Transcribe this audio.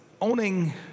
owning